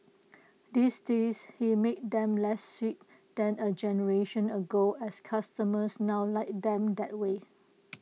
these days he makes them less sweet than A generation ago as customers now like them that way